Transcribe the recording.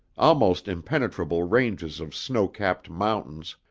almost impenetrable ranges of snow-capped mountains,